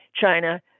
China